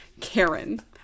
karen